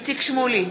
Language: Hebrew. איציק שמולי,